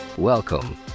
welcome